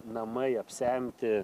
namai apsemti